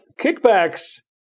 kickbacks